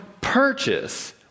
purchase